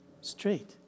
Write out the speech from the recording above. straight